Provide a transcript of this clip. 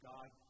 God